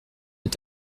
est